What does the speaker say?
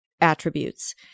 attributes